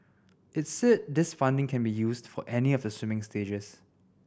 it said this funding can be used for any of the swimming stages